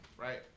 right